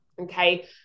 Okay